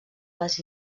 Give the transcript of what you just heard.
les